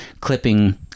clipping